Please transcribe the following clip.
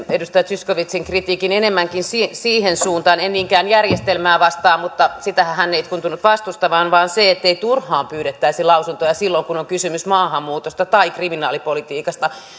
edustaja zyskowiczin kritiikin enemmänkin siihen siihen suuntaan en niinkään järjestelmää vastaan mutta sitähän hän ei tuntunut vastustavan vaan niin ettei turhaan pyydettäisi lausuntoja silloin kun on kysymys maahanmuutosta tai kriminaalipolitiikasta